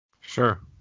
Sure